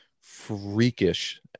freakish